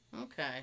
Okay